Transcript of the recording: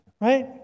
right